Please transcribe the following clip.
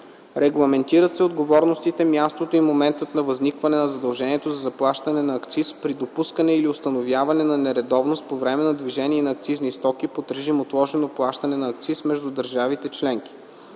Регламентират се отговорностите, мястото и моментът на възникване на задължението за заплащане на акциз при допускане или установяване на нередовност по време на движение на акцизни стоки под режим отложено плащане на акциз между държавите членки.